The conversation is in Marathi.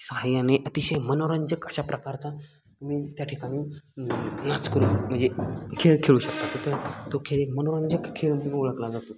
सहाय्याने अतिशय मनोरंजक अशा प्रकारचा मी त्या ठिकाणी नाच करू म्हणजे खेळ खेळू शकतो तो खेळ एक मनोरंजक खेळ ओळखला जातो